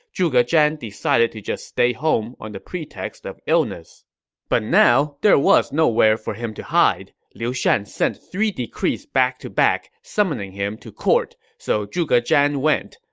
zhuge zhan decided to just stay home on the pretext of illness but now, there was nowhere for him to hide. liu shan sent three decrees back to back, summoning him to court, so zhuge zhan went.